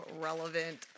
relevant